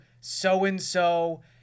so-and-so